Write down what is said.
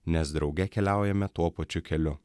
nes drauge keliaujame tuo pačiu keliu